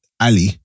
Ali